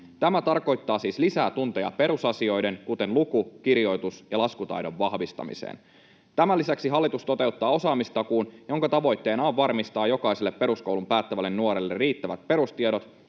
Tämä tarkoittaa siis lisää tunteja perusasioiden, kuten luku-, kirjoitus- ja laskutaidon, vahvistamiseen. Tämän lisäksi hallitus toteuttaa osaamistakuun, jonka tavoitteena on varmistaa jokaiselle peruskoulun päättävälle nuorelle riittävät perustiedot